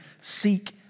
seek